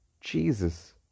Jesus